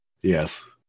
Yes